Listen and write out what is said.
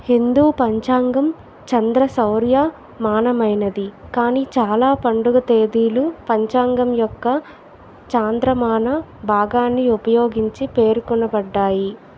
హిందూ పంచాంగం చంద్రసౌర్య మానమైనది కానీ చాలా పండుగ తేదీలు పంచాంగం యొక్క చాంద్రమాన భాగాన్ని ఉపయోగించి పేర్కొనబడ్డాయి